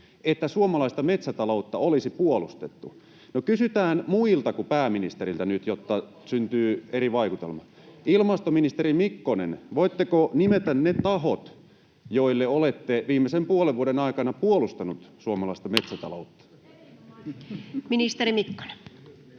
että suomalaista metsätaloutta olisi puolustettu. No, kysytään muilta kuin pääministeriltä nyt, [Pia Viitanen: Orpolta!] jotta syntyy eri vaikutelma. Ilmastoministeri Mikkonen, voitteko nimetä ne tahot, joille olette viimeisen puolen vuoden aikana puolustanut suomalaista metsätaloutta? [Sanna Antikainen: